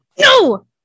No